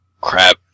crap